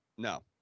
No